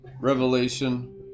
Revelation